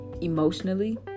emotionally